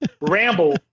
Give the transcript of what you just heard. ramble